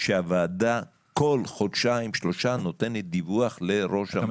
שהוועדה כל חודשיים-שלושה נותנת דיווח לראש הממשלה.